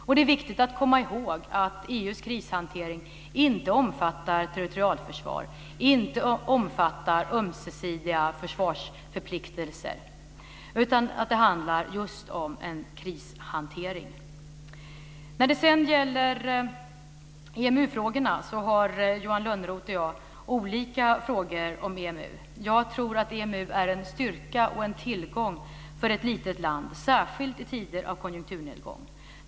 Det är också viktigt att komma ihåg att EU:s krishantering inte omfattar territorialförsvar, inte omfattar ömsesidiga försvarsförpliktelser, utan det handlar just om en krishantering. När det sedan gäller EMU-frågan har Johan Lönnroth och jag olika uppfattningar. Jag tror att EMU innebär en styrka och en tillgång för ett litet land, särskilt i tider av konjunkturnedgång.